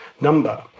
number